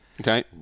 Okay